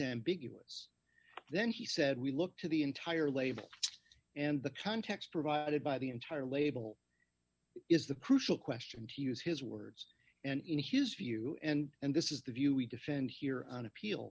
ambiguous then he said we look to the entire label and the context provided by the entire label is the crucial question to use his words and in his view and and this is the view we defend here on appeal